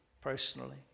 personally